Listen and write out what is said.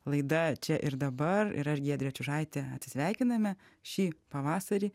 laida čia ir dabar ir aš giedrė čiužaitė atsisveikiname šį pavasarį